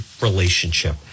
relationship